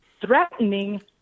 threatening